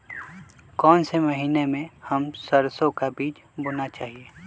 कौन से महीने में हम सरसो का बीज बोना चाहिए?